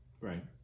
Right